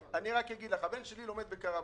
בקרוואן.